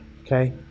Okay